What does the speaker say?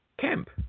Camp